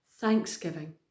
thanksgiving